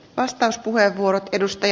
arvoisa puhemies